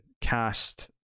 cast